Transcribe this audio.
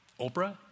Oprah